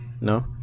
No